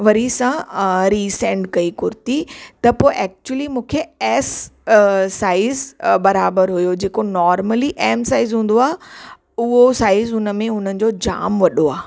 वरी सां रीसेंड कई कुर्ती त पोइ ऐक्चुअली मूंखे एस साइज़ बराबरि हुओ जेको नॉर्मली एम साइज़ हूंदो आहे उहो साइज़ हुन में हुनजो जाम वॾो आहे